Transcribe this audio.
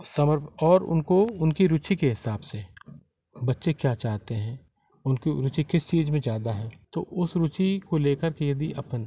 summer और उनको उनकी रुचि के हिसाब से बच्चे क्या चाहते हैं उनकी रुचि किस चीज़ में ज़्यादा है तो उस रुचि को लेकर के यदि अपन